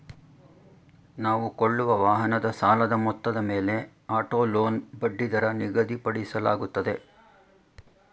ನಾವು ಕೊಳ್ಳುವ ವಾಹನದ ಸಾಲದ ಮೊತ್ತದ ಮೇಲೆ ಆಟೋ ಲೋನ್ ಬಡ್ಡಿದರ ನಿಗದಿಪಡಿಸಲಾಗುತ್ತದೆ